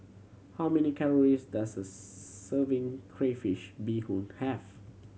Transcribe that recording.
how many calories does a serving crayfish beehoon have